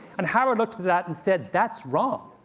and howard looked to that and said, that's wrong!